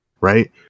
right